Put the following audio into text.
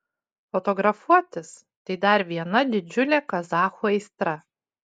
fotografuotis tai dar viena didžiulė kazachų aistra